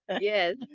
Yes